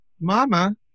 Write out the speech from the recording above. mama